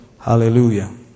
Hallelujah